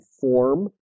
form